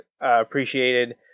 appreciated